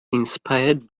inspired